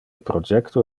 projecto